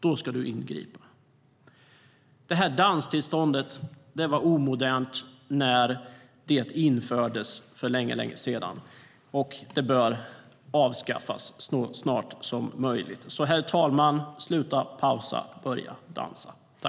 Då ska du ingripa! Så, herr talman: Sluta pausa, börja dansa!